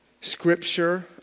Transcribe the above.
Scripture